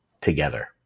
together